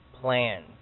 plans